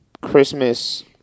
Christmas